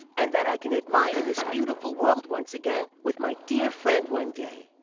and that i can admire this beautiful world once again with my dear friend one day.